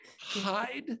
hide